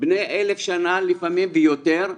בני אלף שנה לפעמים ויותר.